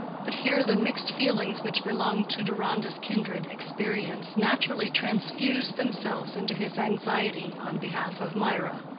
but here the mixed feelings which belonged to deronda's kindred experience naturally transfused themselves into his anxiety on behalf of mirah.